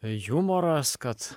jumoras kad